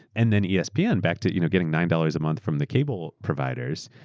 and then espn, yeah and back to you know getting nine dollars a month from the cable providers.